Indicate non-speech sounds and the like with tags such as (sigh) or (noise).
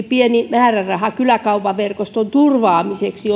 (unintelligible) pieni määräraha kyläkauppaverkoston turvaamiseksi (unintelligible)